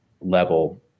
level